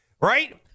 right